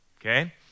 okay